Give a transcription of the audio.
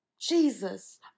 Jesus